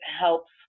helps